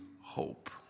hope